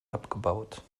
abgebaut